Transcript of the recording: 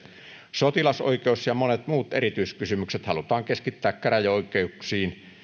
sotilasoikeus ja monet muut erityiskysymykset halutaan keskittää käräjäoikeuksiin